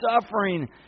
suffering